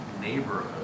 neighborhood